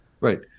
Right